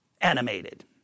animated